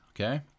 Okay